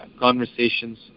conversations